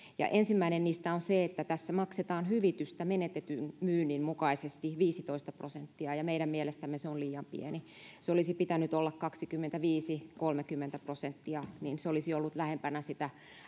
ensimmäinen niistä on se että tässä maksetaan hyvitystä menetetyn myynnin mukaisesti viisitoista prosenttia ja meidän mielestämme se on liian pieni sen olisi pitänyt olla kaksikymmentäviisi viiva kolmekymmentä prosenttia jolloin se olisi ollut lähempänä sitä